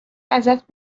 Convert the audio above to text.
ازت